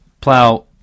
plow